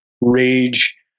rage